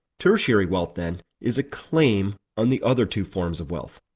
tertiary wealth then, is a claim on the other two forms of wealth.